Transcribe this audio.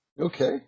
Okay